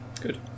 good